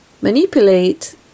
manipulate